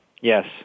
Yes